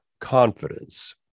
Confidence